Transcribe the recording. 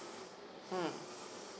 mm